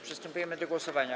Przystępujemy do głosowania.